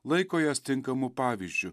laiko jas tinkamu pavyzdžiu